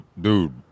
dude